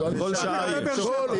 שעתיים.